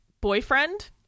boyfriend